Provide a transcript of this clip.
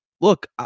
Look